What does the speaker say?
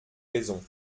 raisons